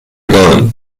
ایران